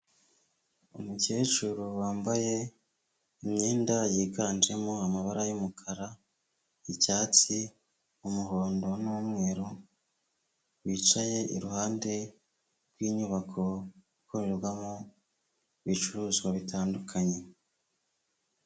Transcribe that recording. Umukecuru wambaye imyenda yiganjemo amabara y'umukara, yicyatsi, umuhondo n'umweru wicaye iruhande rw'inyubako ikorerwamo ibicuruzwa bitandukanye.